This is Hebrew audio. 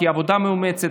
בעבודה מאומצת,